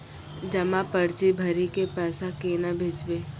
जमा पर्ची भरी के पैसा केना भेजबे?